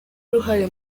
uruhare